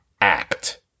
act